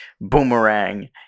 boomerang